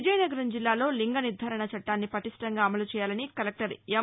విజయనగరం జిల్లాలో బింగనిర్గారణ చట్లాన్ని పటిష్ణంగా అమలు చేయాలని కలెక్టర్ ఎం